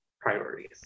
priorities